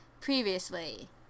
previously